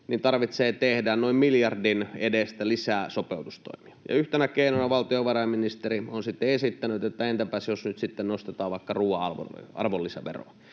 niin tarvitsee tehdä noin miljardin edestä lisää sopeutustoimia. Yhtenä keinona valtiovarainministeri on sitten esittänyt, että entäpäs jos nyt sitten nostetaan vaikka ruuan arvonlisäveroa,